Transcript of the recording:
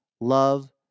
love